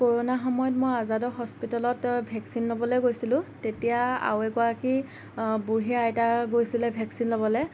corona সময়ত মই আজাদৰ হস্পিতেলত ভেকচিন লবলৈ গৈছিলোঁ তেতিয়া আৰু এগৰাকী বুঢ়ী আইতা গৈছিল ভেকচিন ল'বলৈ